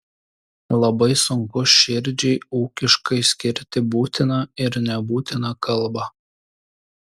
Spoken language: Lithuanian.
labai sunku širdžiai ūkiškai skirti būtiną ir nebūtiną kalbą